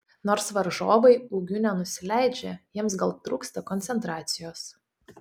nors varžovai ūgiu nenusileidžia jiems gal trūksta koncentracijos